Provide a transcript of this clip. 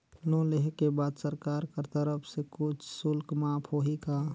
Loan लेहे के बाद सरकार कर तरफ से कुछ शुल्क माफ होही का?